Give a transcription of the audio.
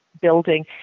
building